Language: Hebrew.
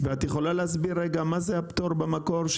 --- ואת יכולה להסביר מה זה הפטור במקור,